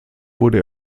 wurde